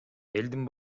элдин